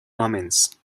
omens